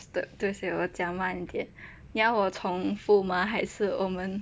对不起我讲慢一点你要我重复吗还是我们